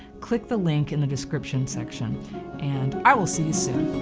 click the link in the description section and i will see you soon!